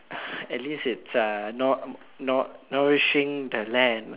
at least it's uh no~ no~ nourishing the land